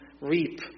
Reap